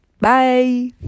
bye